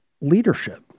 leadership